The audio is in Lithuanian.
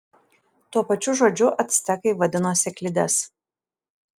tuo pačiu žodžiu actekai vadino sėklides